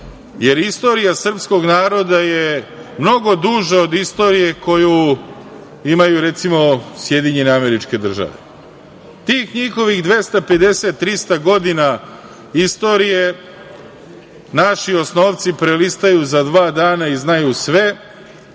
jer istorija srpskog naroda je mnogo duža od istorije koju imaju, recimo, SAD. Tih njihovih 250, 300 godina istorije naši osnovci prelistaju za dva dana i znaju sve,